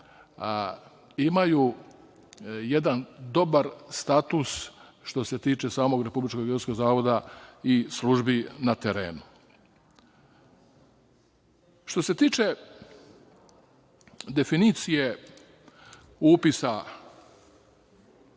imaju jedan dobar status što se tiče samog Republičkog geodetskog zavoda i službi na terenu. Što se tiče definicije upisa